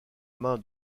main